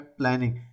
planning